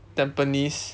tampines